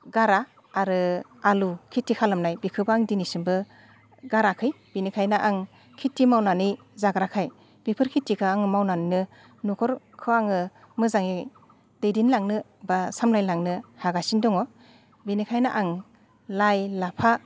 गारा आरो आलु खिथि खालामनाय बेखोबो आं दिनैसिमबो गाराखै बिनिखायनो आं खिथि मावनानै जाग्राखाय बेफोर खिथिखो आं मावनानैनो न'खरखो आङो मोजाङै दैदेनलांनो बा सामलायलांनो हागासिनो दङ बेनिखायनो आं लाइ लाफा